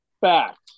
fact